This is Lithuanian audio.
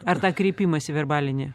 ar tą kreipimąsi verbalinį